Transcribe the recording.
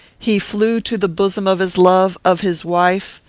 he flew to the bosom of his love of his wife.